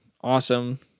awesome